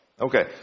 Okay